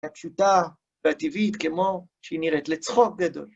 הפשוטה והטבעית כמו שהיא נראית לצחוק גדול.